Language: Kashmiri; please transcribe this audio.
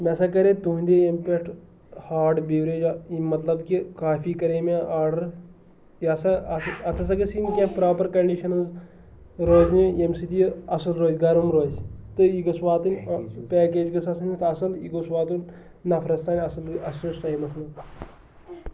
مےٚ ہَسا کَرے تُہنٛدِ ییٚمہِ پٮ۪ٹھ ہاٹ بیوریج یِم مطلب کہِ کافی کَرے مےٚ آرڈَر یہِ ہَسا اَتھ اَتھ ہَسا گٔژھ یِن کینٛہہ پرٛاپَر کَنڈِشَنٕز روزِ نہِ ییٚمہِ سۭتۍ یہِ اَصٕل روزِ گَرٕم روزِ تہٕ یہِ گٔژھ واتٕنۍ پٮ۪کیج گٔژھ آسٕنۍ اَتھ اَصٕل یہِ گوٚژھ واتُن نَفرَس تانۍ اَصٕل اَصلِس ٹایمَس منٛز